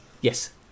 yes